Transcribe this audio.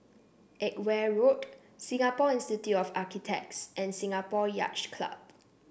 Edgware Road Singapore Institute of Architects and Singapore Yacht Club